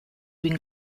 been